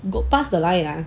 go past the line ah